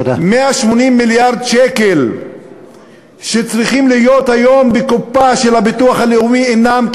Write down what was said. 180 מיליארד שקל שצריכים להיות היום בקופה של הביטוח הלאומי אינם,